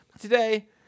today